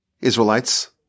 Israelites